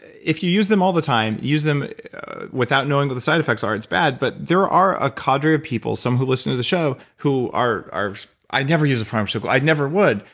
if you use them all the time, use them without knowing what the side effects are, it's bad, but there are a caudry of people, some who listen to the show, who are, i never use a pharmaceutical i never would.